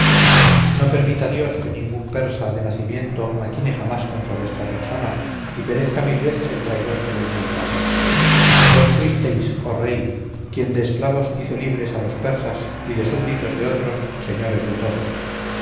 no permita dios que ningún persa de nacimiento maquine jamás contra vuestra persona y perezca mil veces el traidor que lo intentase vos fuisteis oh rey quien de esclavos hizo libres a los persas y de súbditos de otros señores de todos